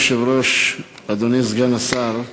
אדוני היושב-ראש, אדוני סגן השר,